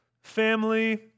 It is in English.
family